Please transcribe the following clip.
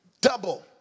Double